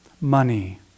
Money